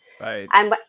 Right